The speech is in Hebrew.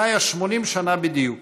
חיה 80 שנה בדיוק,